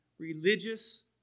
Religious